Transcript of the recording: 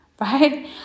Right